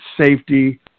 safety